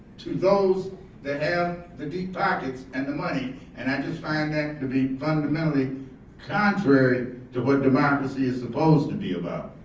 to those that have the deep pockets and the money. and i just find that to be fundamentally contrary to what democracy is supposed to be about.